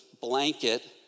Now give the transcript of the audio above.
blanket